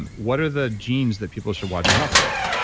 and what are the genes that people should watch out for?